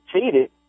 Cheated